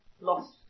lost